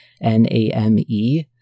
N-A-M-E